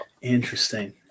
Interesting